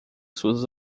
suas